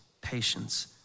patience